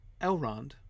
Elrond